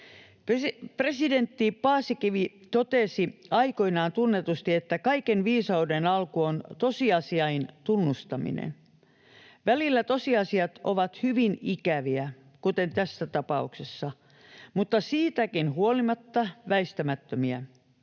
Presidentti Paasikivi totesi aikoinaan tunnetusti, että kaiken viisauden alku on tosiasiain tunnustaminen. Välillä tosiasiat ovat hyvin ikäviä, kuten tässä tapauksessa, mutta siitäkin huolimatta väistämättömiä.